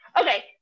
Okay